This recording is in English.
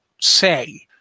say